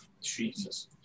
Jesus